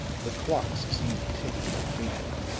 the clocks seemed to tick more faintly,